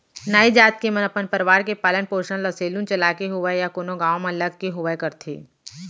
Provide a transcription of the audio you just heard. नाई जात के मन अपन परवार के पालन पोसन ल सेलून चलाके होवय या कोनो गाँव म लग के होवय करथे